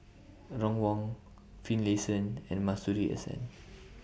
Ron Wong Finlayson and Masuri S N